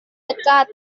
dekat